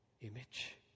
image